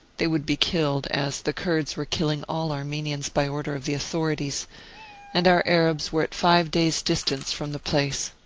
they would be killed, as the kurds were killing all armenians by order of the authori ties and our arabs were at five days' distance from the place.